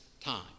time